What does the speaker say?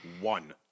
one